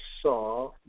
saw